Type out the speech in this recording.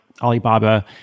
Alibaba